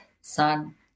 Son